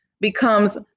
becomes